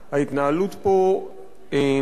ההתנהלות פה מדאיגה,